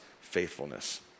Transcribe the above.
faithfulness